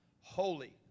Holy